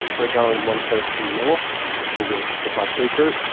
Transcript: we're going one territory north to the five b group.